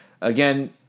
again